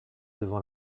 devant